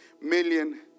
million